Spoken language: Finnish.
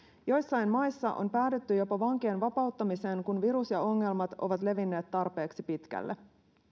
joissain maissa on päädytty jopa vankien vapauttamiseen kun virus ja ongelmat ovat levinneet tarpeeksi pitkälle